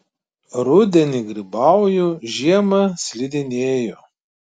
rudenį grybauju žiemą slidinėju